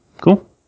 Cool